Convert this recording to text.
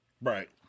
Right